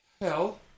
Hell